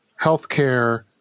healthcare